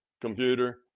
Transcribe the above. computer